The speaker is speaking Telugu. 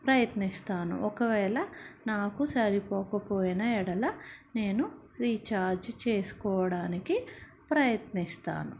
ప్రయత్నిస్తాను ఒకవేళ నాకు సరిపోకపోయిన ఎడల నేను రీఛార్జ్ చేసుకోవడానికి ప్రయత్నిస్తాను